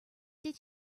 did